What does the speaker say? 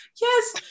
yes